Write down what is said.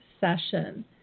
session